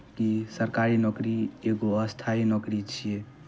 कि सरकारी नौकरी एगो स्थाइ नौकरी छियै